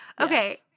Okay